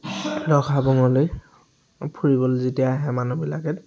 ধৰক হাবুঙলৈ ফুৰিবলৈ যেতিয়া আহে মানুহবিলাকে